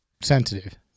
sensitive